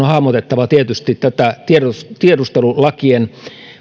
hahmotettava tätä tiedustelulakien